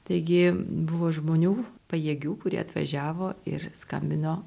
taigi buvo žmonių pajėgių kurie atvažiavo ir skambino